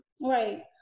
Right